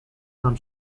nam